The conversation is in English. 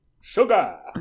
Sugar